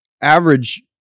average